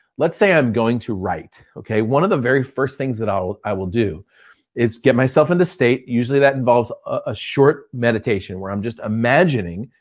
let's say i'm going to write. one of the very first things that i will i will do is get myself in the state, usually that involves a short meditation where i'm just imagining,